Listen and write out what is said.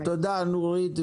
תודה, נורית.